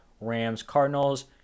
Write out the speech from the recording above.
Rams-Cardinals